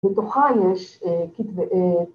‫בתוכה יש כתבי...